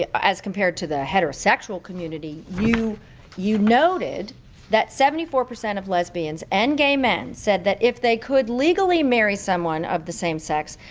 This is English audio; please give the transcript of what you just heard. as compared to the heterosexual community, you you noted that seventy four percent of lesbians and gay men said if they could legally marry someone of the same sex,